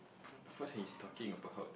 first his talking about